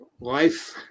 Life